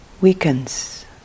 weakens